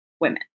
women